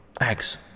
Eggs